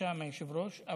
משם היושב-ראש.